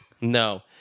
No